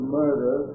murder